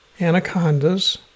anacondas